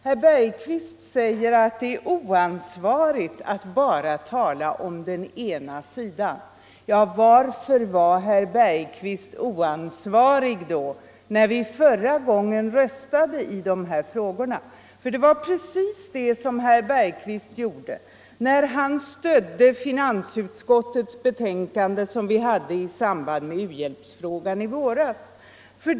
Herr Bergqvist säger att det är oansvarigt att bara tala om den ena sidan. Ja, varför var då herr Bergqvist oansvarig, när vi förra gången röstade i de här frågorna och herr Bergqvist stödde det betänkande från finansutskottet som förelåg vid behandlingen av u-hjälpsfrågan i våras?